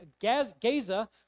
Gaza